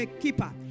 keeper